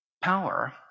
power